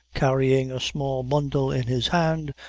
carrying a small bundle in his hand,